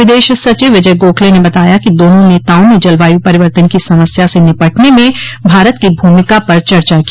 विदेश सचिव विजय गोखले ने बताया कि दोनों नेताओं ने जलवायु परिवर्तन की समस्या से निपटने में भारत की भूमिका पर चर्चा की